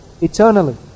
eternally